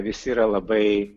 visi yra labai